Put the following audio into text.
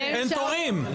אין תורים.